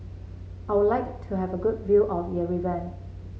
I would like to have a good view of Yerevan